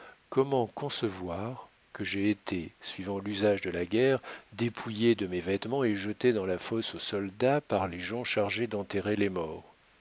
comment concevoir que j'aie été suivant l'usage de la guerre dépouillé de mes vêtements et jeté dans la fosse aux soldats par les gens chargés d'enterrer les morts